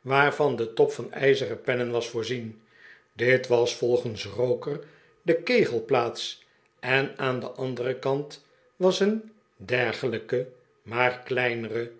waarvan de top van ijzeren pennen was voorzien dit was volgens roker de kegelplaats en aan den anderen kant was een dergeiijke maar kleinere